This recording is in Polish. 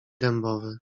dębowy